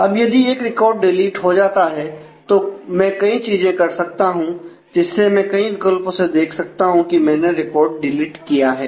अब यदि एक रिकॉर्ड डिलीट हो जाता है तो मैं कई चीजें कर सकता हूं जिससे मैं कई विकल्पों से देख सकता हूं की मैंने रिकॉर्ड डिलीट किया है